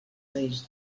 país